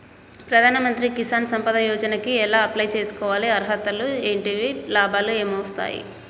ప్రధాన మంత్రి కిసాన్ సంపద యోజన కి ఎలా అప్లయ్ చేసుకోవాలి? అర్హతలు ఏంటివి? లాభాలు ఏమొస్తాయి?